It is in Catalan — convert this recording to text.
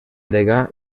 degà